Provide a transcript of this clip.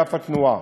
אגף התנועה.